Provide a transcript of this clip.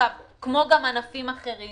כמו גם ענפים אחרים